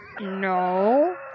no